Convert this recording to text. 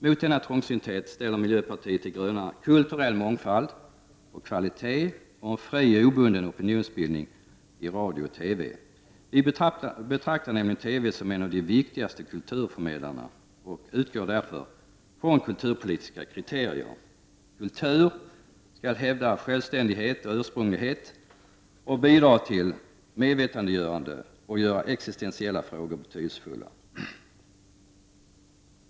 Mot denna trångsynthet ställer miljöpartiet de gröna kulturell mångfald och kvalitet samt en fri och obunden opinionsbildning i radio och TV. Vi betraktar nämligen TV som en av de viktigaste kulturförmedlarna och utgår därför från kulturpolitiska kriterier: Kultur skall hävda självständighet och ursprunglighet och bidra till medvetandegörande och göra existentiella frågor betydelsefulla.